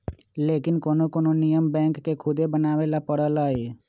लेकिन कोनो कोनो नियम बैंक के खुदे बनावे ला परलई